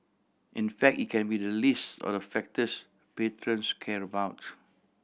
in fact it can be the least of the factors patrons care about